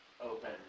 open